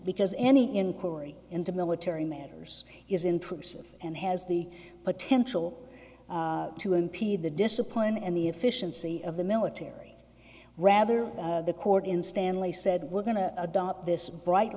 because any inquiry into military matters is intrusive and has the potential to impede the discipline and the efficiency of the military rather the court in stanley said we're going to adopt this bright